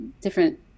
different